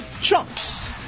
Chunks